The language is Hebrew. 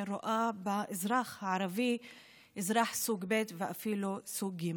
אשר רואה באזרח הערבי אזרח סוג ב' ואפילו סוג ג'.